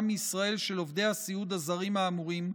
מישראל של עובדי הסיעוד הזרים האמורים,